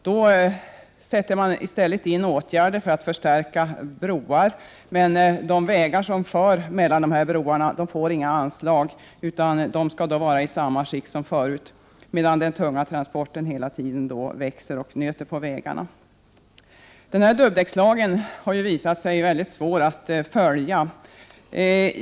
Då sätter man i stället in åtgärder för att förstärka broar, men de vägar som går mellan dessa broar får inga anslag utan skall vara i samma skick som förut, medan de tunga transporterna hela tiden växer och nöter på vägarna. Dubbdäckslagen har visat sig vara mycket svår att följa.